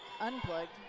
unplugged